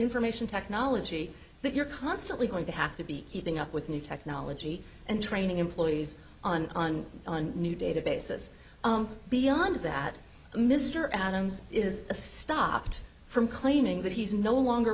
information technology that you're constantly going to have to be keeping up with new technology and training employees on on a new data basis beyond that mr adams is a stopped from claiming that he's no longer